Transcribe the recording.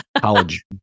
college